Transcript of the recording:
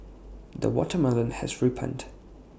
the watermelon has ripened